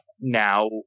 now